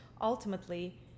ultimately